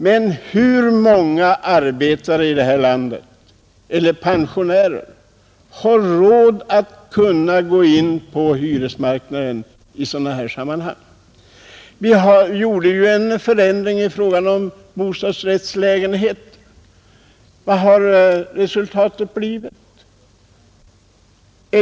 Men hur många arbetare eller pensionärer i det här landet har råd att gå in på hyresmarknaden i sådana sammanhang? Vi har gjort en lagändring i fråga om bostadsrättslägenheter. Vilket har resultatet blivit?